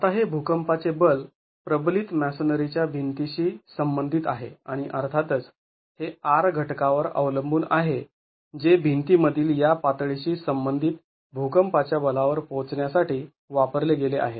आता हे भुकंपाचे बल प्रबलित मॅसोनरीच्या भिंतीशी संबंधित आहे आणि अर्थातच हे R घटकावर अवलंबून आहे जे भिंती मधील या पातळीशी संबंधित भुकंपाच्या बलावर पोहचण्यासाठी वापरले गेले आहे